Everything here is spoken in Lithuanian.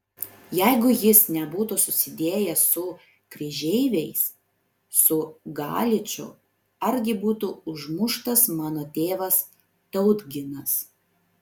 jeigu jis nebūtų susidėjęs su kryžeiviais su galiču argi būtų užmuštas mano tėvas tautginas